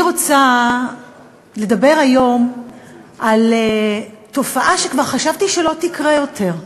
אני רוצה לדבר היום על תופעה שכבר חשבתי שלא תקרה יותר,